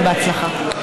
בהצלחה.